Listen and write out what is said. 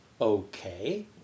okay